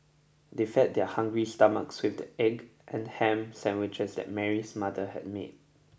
they fed their hungry stomachs with the egg and ham sandwiches that Mary's mother had made